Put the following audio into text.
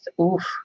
oof